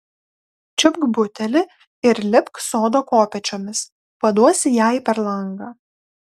čiupk butelį ir lipk sodo kopėčiomis paduosi jai per langą